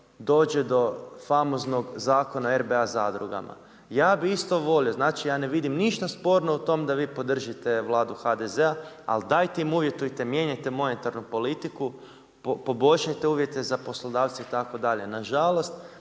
dođe do faznog zakona RBA zadrugama. Ja bi isto volio, znači ja ne vidim ništa sporno u tom da vi podržite vladu HDZ-a, ali dajte im uvjetujte, mijenjajte monetarnu politiku, poboljšajte uvjete za poslodavce itd., nažalost,